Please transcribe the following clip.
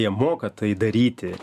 jie moka tai daryti